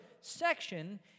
section